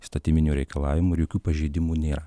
įstatyminių reikalavimų ir jokių pažeidimų nėra